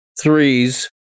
threes